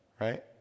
right